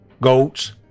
goats